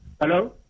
Hello